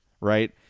right